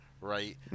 right